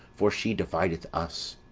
for she divideth us.